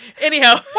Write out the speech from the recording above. Anyhow